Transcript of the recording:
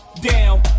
down